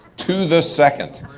to the second.